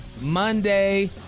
Monday